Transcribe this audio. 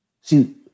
See